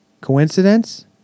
Coincidence